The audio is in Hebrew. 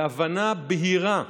להבנה בהירה,